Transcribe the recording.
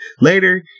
Later